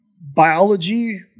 biology